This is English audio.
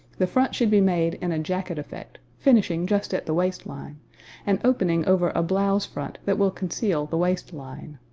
the front should be made in a jacket effect, finishing just at the waist-line and opening over a blouse front that will conceal the waist-line.